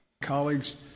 Colleagues